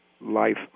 life